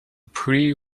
pre